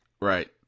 Right